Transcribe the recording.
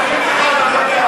כבוד השר,